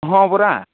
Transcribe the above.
ହଁ ପରା